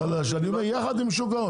אבל אני אומר יחד עם שוק ההון,